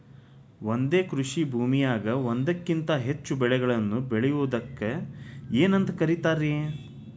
ಒಂದೇ ಕೃಷಿ ಭೂಮಿಯಾಗ ಒಂದಕ್ಕಿಂತ ಹೆಚ್ಚು ಬೆಳೆಗಳನ್ನ ಬೆಳೆಯುವುದಕ್ಕ ಏನಂತ ಕರಿತಾರಿ?